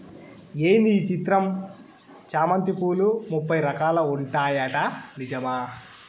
ఏంది ఈ చిత్రం చామంతి పూలు ముప్పై రకాలు ఉంటాయట నిజమా